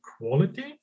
quality